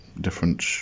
different